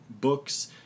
books